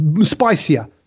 Spicier